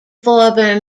former